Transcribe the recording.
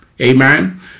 Amen